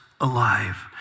alive